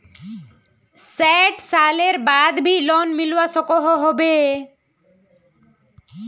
सैट सालेर बाद भी लोन मिलवा सकोहो होबे?